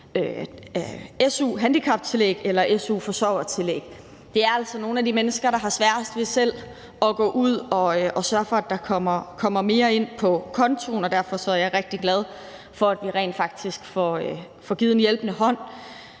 su-handicaptillæg eller su-forsørgertillæg. Det er altså nogle af de mennesker, der har sværest ved selv at gå ud og sørge for, at der kommer mere ind på kontoen, og derfor er jeg rigtig glad for, at vi rent faktisk får givet en hjælpende hånd.